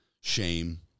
shame